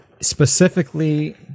specifically